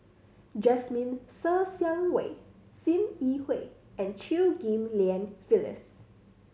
Jasmine Ser Xiang Wei Sim Yi Hui and Chew Ghim Lian Phyllis